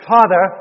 Father